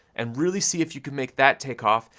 and really see if you could make that take off,